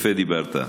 יפה דיברת.